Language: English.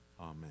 Amen